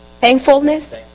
thankfulness